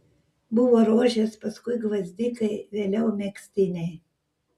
buvo rožės paskui gvazdikai vėliau megztiniai